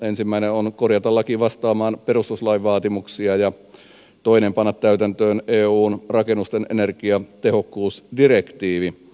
ensimmäinen on korjata laki vastaamaan perustuslain vaatimuksia ja toinen panna täytäntöön eun rakennusten energiatehokkuusdirektiivi